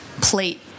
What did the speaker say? plate